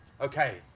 okay